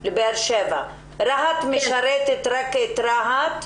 הלשכה ברהט משרתת רק את רהט,